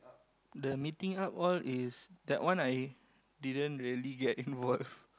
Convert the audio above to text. the meeting up all is that one I didn't really get involve